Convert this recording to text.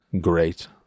great